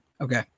Okay